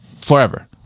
forever